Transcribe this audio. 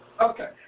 Okay